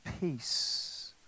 peace